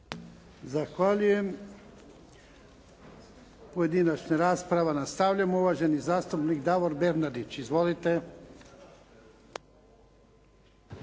Zahvaljujem. Pojedinačna rasprava, nastavljamo. Uvaženi zastupnik Davor Bernardić. Izvolite.